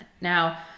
Now